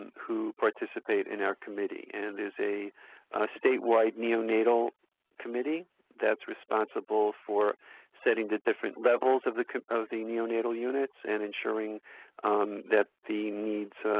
who participate in our committee. and it's a statewide neonatal committee that's responsible for setting the different levels of the of the neonatal units and ensuring that the needs